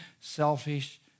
selfish